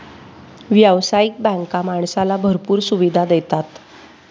व्यावसायिक बँका माणसाला भरपूर सुविधा देतात